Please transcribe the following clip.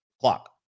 clock